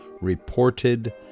reported